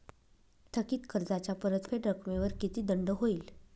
थकीत कर्जाच्या परतफेड रकमेवर किती दंड होईल?